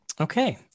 Okay